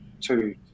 two